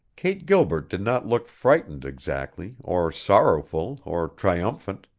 kate gilbert did not look frightened exactly or sorrowful or triumphant.